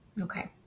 Okay